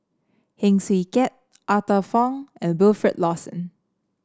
Heng Swee Keat Arthur Fong and Wilfed Lawson